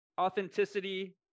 authenticity